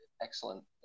excellent